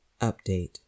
update